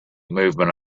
movement